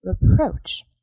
reproach